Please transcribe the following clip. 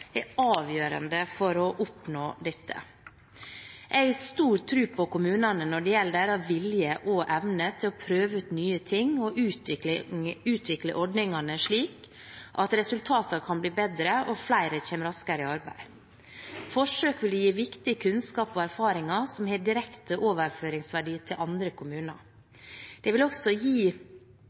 er avgjørende for å oppnå dette. Jeg har stor tro på kommunene når det gjelder deres vilje og evne til å prøve ut nye ting og utvikle ordningene, slik at resultatene kan bli bedre og flere kommer raskere i arbeid. Forsøk vil gi viktig kunnskap og erfaringer som har direkte overføringsverdi til andre kommuner. Det vil også gi